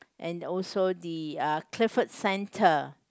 and also the err Clifford Center